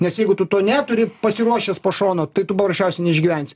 nes jeigu tu to neturi pasiruošęs po šonu tai tu paprasčiausiai neišgyvensi